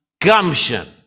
gumption